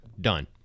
done